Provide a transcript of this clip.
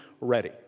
ready